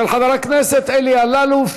של חבר הכנסת אלי אלאלוף.